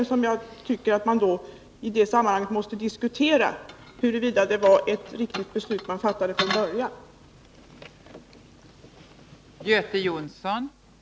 I detta sammanhang tycker jag att vi måste diskutera huruvida det var ett riktigt beslut som från början fattades.